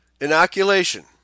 inoculation